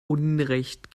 unrecht